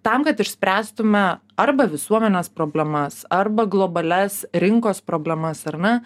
tam kad išspręstume arba visuomenės problemas arba globalias rinkos problemas ar ne